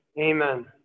Amen